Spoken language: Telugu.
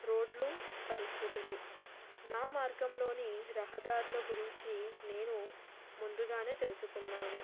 రోడ్లు పరిస్థితులు నా మార్గంలోని రహదారుల గురించి నేను ముందుగానే తెలుసుకున్నాను